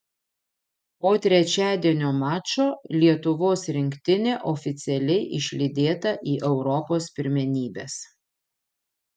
po trečiadienio mačo lietuvos rinktinė oficialiai išlydėta į europos pirmenybes